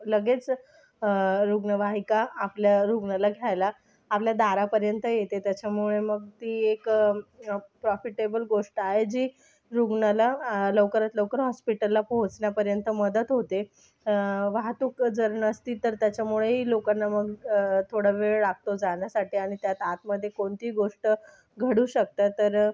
लगेच रुग्णवाहिका आपल्या रुग्णाला घ्यायला आपल्या दारापर्यंत येते त्याच्यामुळे मग ती एक प्रॉफ़िटेबल गोष्ट आहे जी रुग्णाला लवकरात लवकर हॉस्पिटलला पोहचण्यापर्यंत मदत होते वाहतूक जर नसतील तर त्याच्यामुळेही लोकांना मग थोडा वेळ लागतो जाण्यासाठी आणि त्यात आतमध्ये कोणतीही गोष्ट घडू शकतात तर